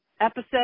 episode